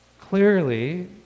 Clearly